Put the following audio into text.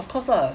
of course lah